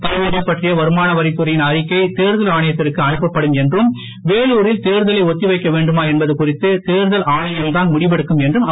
பறிமுதல் பற்றிய வருமானவரித் துறையின் அறிக்கை தேர்தல் ஆணையத்திற்கு அனுப்பப்படும் என்றும் வேலூரில் தேர்தலை ஒத்தி வைக்க வேண்டுமா என்பது குறித்து தேர்தல் ஆணையம் தான் முடிவெடுக்கும் என்றும் அவர் குறிப்பிட்டார்